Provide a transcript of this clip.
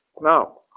Now